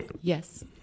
Yes